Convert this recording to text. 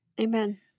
Amen